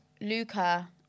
Luca